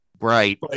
Right